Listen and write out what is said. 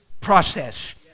process